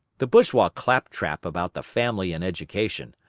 the bourgeois clap-trap about the family and education,